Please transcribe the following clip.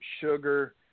sugar